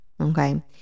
okay